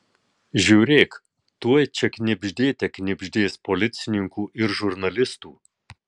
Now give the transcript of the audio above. žiūrėk tuoj čia knibždėte knibždės policininkų ir žurnalistų